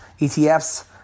ETFs